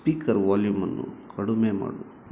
speaker ವಾಲ್ಯೂಮನ್ನು ಕಡಿಮೆ ಮಾಡು